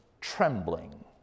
trembling